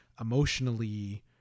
emotionally